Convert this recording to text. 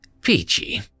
Peachy